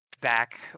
back